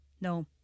No